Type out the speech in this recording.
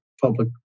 public